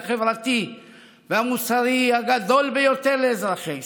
החברתי והמוסרי הגדול ביותר של אזרחי ישראל.